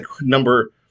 number